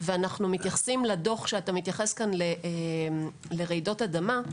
ואנחנו מתייחסים לדוח שאתה מתייחס כאן לרעידות אדמה,